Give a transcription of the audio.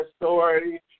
story